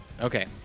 Okay